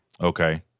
Okay